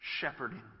Shepherding